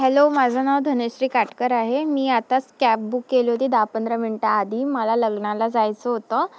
hello माझं नाव धनश्री काटकर आहे मी आताच कॅब बुक केली होती दहा पंधरा मिनटं आधी मला लग्नाला जायचं होतं